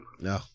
No